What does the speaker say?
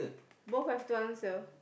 both have to answer